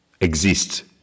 exist